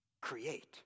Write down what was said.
create